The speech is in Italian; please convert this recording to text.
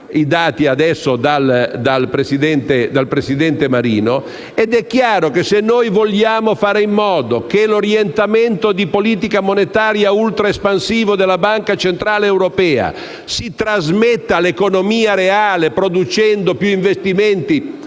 Mauro Maria Marino). È chiaro allora che se vogliamo fare in modo che l'orientamento di politica monetaria ultraespansiva della Banca centrale europea si trasmetta all'economia reale, producendo più investimenti